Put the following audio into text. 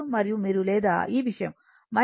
మరియు మీరు లేదా ఈ విషయం 1ω c R